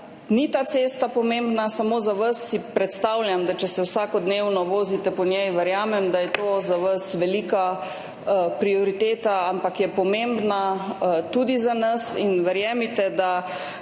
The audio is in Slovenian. Ta cesta ni pomembna samo za vas – predstavljam si, če se vsakodnevno vozite po njej, verjamem, da je to za vas velika prioriteta – ampak je pomembna tudi za nas. Verjemite, da